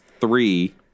three